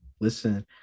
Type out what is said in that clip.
Listen